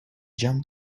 jump